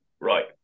right